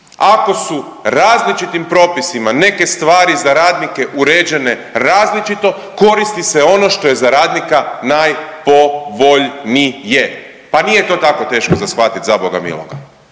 Ako su različitim propisima neke stvari za radnike uređene različito koristi se ono što je za radnika najpovoljnije. Pa nije to tako teško za shvatiti za boga miloga.